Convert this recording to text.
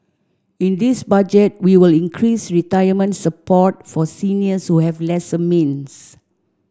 in this Budget we will increase retirement support for seniors who have lesser means